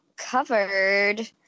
covered